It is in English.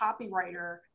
copywriter